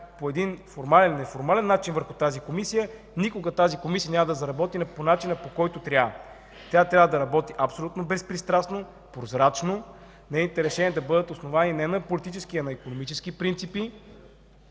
по формален или неформален начин върху тази Комисия, тя никога няма да заработи по начина, по който трябва. Тя трябва да работи абсолютно безпристрастно, прозрачно, нейните решения да бъдат основани не на политически, а на икономически принципи.